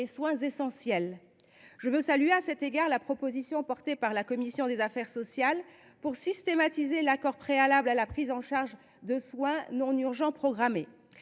soins essentiels. Je salue à ce titre la proposition portée par la commission des affaires sociales, visant à systématiser l’accord préalable à la prise en charge de soins programmés